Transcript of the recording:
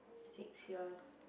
six years